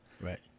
Right